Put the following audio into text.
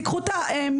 תיקחו את המיליונים,